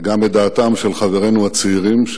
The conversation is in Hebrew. וגם את דעתם של חברינו הצעירים,